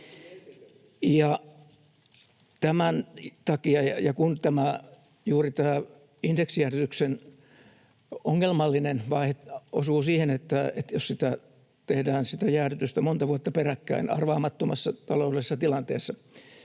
aikaisemmin esitettykään!] Tämän indeksijäädytyksen ongelmallinen vaihe osuu juuri siihen, jos sitä jäädytystä tehdään monta vuotta peräkkäin arvaamattomassa taloudellisessa tilanteessa.